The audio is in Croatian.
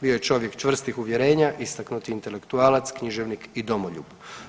Bio je čovjek čvrstih uvjerenja, istaknuti intelektualac, književnik i domoljub.